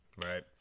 Right